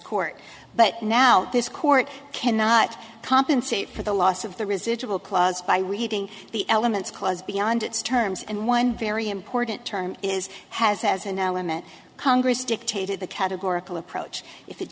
court but now this court cannot compensate for the loss of the residual clause by reading the elements cause beyond its terms and one very important term is has as an element congress dictated the categorical approach if it